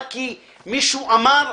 רק כי מישהו אמר,